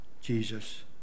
Jesus